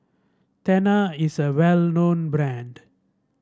Tena is a well known brand